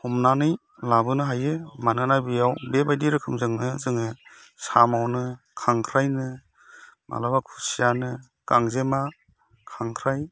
हमनानै लाबोनो हायो मानोना बेयाव बेबायदि रोखोमजोंनो जोङो साम'नो खांख्राइनो माब्लाबा खुसियानो गांजेमा खांख्राइ